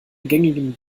gängigen